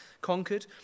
conquered